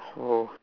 oh